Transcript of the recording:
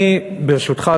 ברשותך,